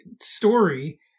story